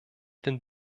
den